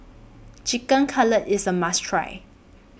Chicken Cutlet IS A must Try